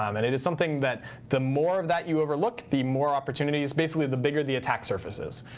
um and it is something that the more of that you overlook, the more opportunities, basically, the bigger the attack surfaces.